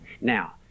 Now